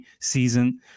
season